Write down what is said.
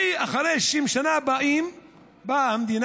ואחרי 60 שנה באה המדינה,